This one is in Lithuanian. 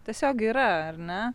tiesiog yra ar ne